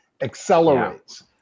accelerates